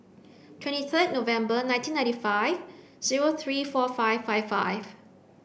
twenty third November nineteen ninty five zero three four five five five